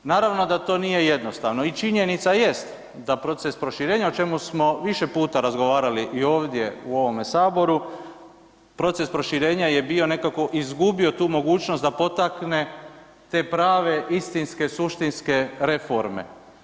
Naravno da to nije jednostavno i činjenica jest da proces proširenja, o čemu smo više puta razgovarali i ovdje u ovome Saboru, proces proširenja je bio nekako izgubio tu mogućnost da potakne te prave istinske, suštinske reforme.